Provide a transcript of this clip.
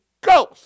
Ghost